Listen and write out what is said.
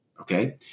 okay